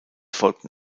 folgten